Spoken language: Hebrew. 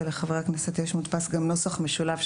ולחברי הכנסת יש מודפס גם נוסח משולב,